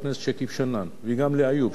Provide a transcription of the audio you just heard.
וגם לאיוב שלא נמצא.